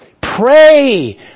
Pray